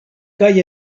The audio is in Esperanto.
kaj